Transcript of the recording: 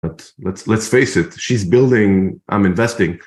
אבל, הבה נכיר בכך שהיא בונה ואני משקיע